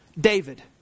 David